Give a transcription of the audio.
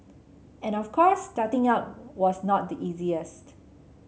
and of course starting out was not the easiest